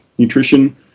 nutrition